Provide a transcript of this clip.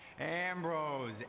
Ambrose